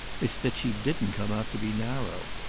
it's that she didn't come out to be narrow.